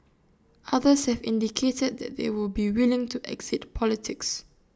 others have indicated that they would be willing to exit politics